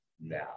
now